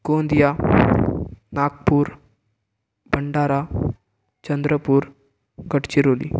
Gondia Nagpur Bhandara Chandrapur Gadchiroli